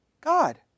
God